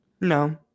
No